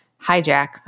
hijack